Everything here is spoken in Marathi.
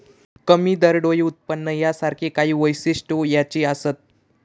कमी दरडोई उत्पन्न यासारखी काही वैशिष्ट्यो ह्याची असत